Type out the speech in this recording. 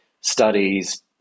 studies